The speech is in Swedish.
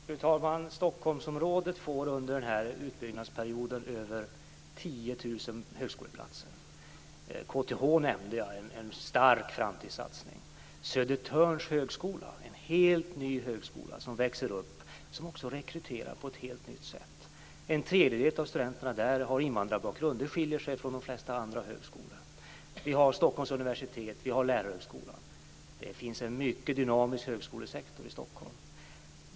Fru talman! Stockholmsområdet får under den här utbyggnadsperioden över 10 000 högskoleplatser. KTH har jag nämnt. Där görs en stark framtidssatsning. Södertörns högskola är en helt ny högskola, som växer upp och som även rekryterar på ett helt nytt sätt. En tredjedel av studenterna där har invandrarbakgrund. Det skiljer sig från de flesta andra högskolor. Till detta kommer Stockholms universitet och Lärarhögskolan. Det finns en mycket dynamisk högskolesektor i Stockholm.